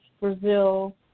Brazil